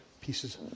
pieces